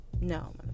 No